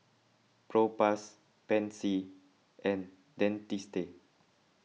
Propass Pansy and Dentiste